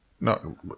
No